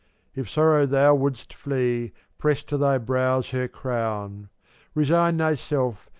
if sorrow thou wouldst flee, press to thy brows her crown resign thyself,